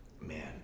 man